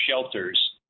shelters